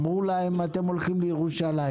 אמרו להם שהם הולכים לירושלים.